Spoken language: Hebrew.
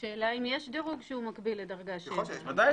השאלה אם יש דירוג שהוא מקביל לדרגה 7. ודאי שיש.